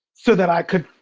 so that i could,